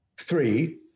three